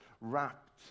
wrapped